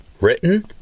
Written